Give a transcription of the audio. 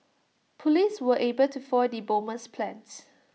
Police were able to foil the bomber's plans